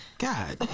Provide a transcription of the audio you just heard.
God